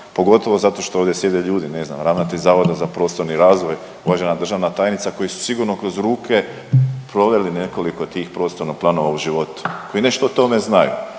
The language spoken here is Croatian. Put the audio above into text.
pogotovo zato što ovdje sjede ljudi, ne znam ravnatelj zavoda za prostorni razvoj, uvažena državna tajnica koji su sigurno kroz ruke proveli nekoliko tih prostornih planova u životu, koji nešto o tome znaju.